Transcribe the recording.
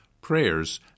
prayers